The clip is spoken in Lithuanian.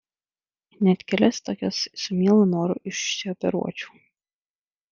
oi net kelias tokias su mielu noru išsioperuočiau